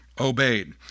obeyed